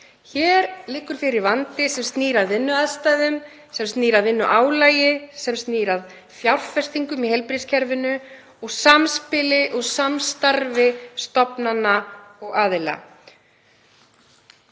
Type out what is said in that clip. Hér liggur fyrir vandi sem snýr að vinnuaðstæðum, vinnuálagi, fjárfestingum í heilbrigðiskerfinu og samspili og samstarfi stofnana og aðila.